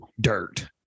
dirt